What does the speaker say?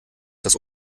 das